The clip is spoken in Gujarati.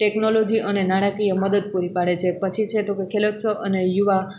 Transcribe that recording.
ટેક્નોલોજી અને નાણાંકીય મદદ પૂરી પાડે છે પછી છે તો કે ખેલોત્સવ અને યુવા